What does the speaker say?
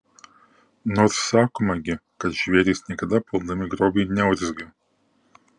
nors sakoma gi kad žvėrys niekada puldami grobį neurzgia